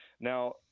now